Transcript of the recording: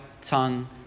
tongue